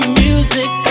music